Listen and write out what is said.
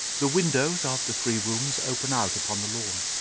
the windows of the three rooms open out upon the lawn.